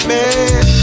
Man